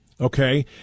okay